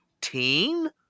teen